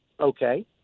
okay